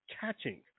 catching